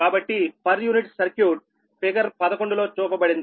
కాబట్టి per unit circuit figure 11 లో చూపబడింది